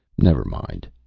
never mind,